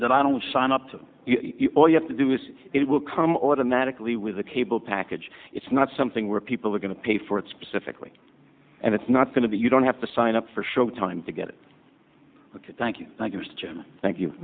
that i don't sign up to all you have to do is it will come automatically with a cable package it's not something where people are going to pay for it specifically and it's not going to be you don't have to sign up for showtime to get it ok thank you